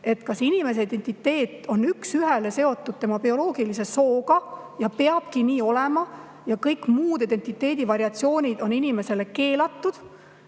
kas inimese identiteet on üks ühele seotud tema bioloogilise sooga ja peabki nii olema ja kõik muud identiteedi variatsioonid on inimesele keelatud